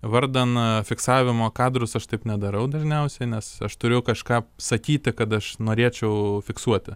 vardan fiksavimo kadrus aš taip nedarau dažniausiai nes aš turiu kažką sakyti kad aš norėčiau fiksuoti